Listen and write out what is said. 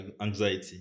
anxiety